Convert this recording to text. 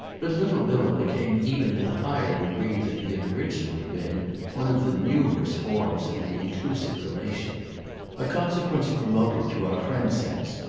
but little bilham became even in a higher degree than he had originally been one of the numerous forms of the inclusive relation a consequence promoted, to our friend's sense,